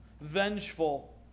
vengeful